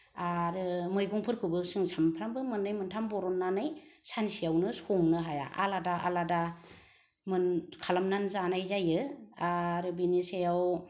आरो मैगंफोरखौबो जों सामफ्रामबो मोननै मोनथाम बरननानै सानसेयावनो संनो हाया आलादा आलादा मोन खालामनानै जानाय जायो आरो बेनि सायाव